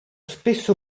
spesso